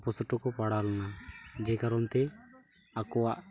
ᱚᱯᱚᱥᱚᱴᱚᱠᱚ ᱯᱟᱲᱟᱣ ᱞᱮᱱᱟ ᱡᱮ ᱠᱟᱨᱚᱱᱛᱮ ᱟᱠᱚᱣᱟᱜ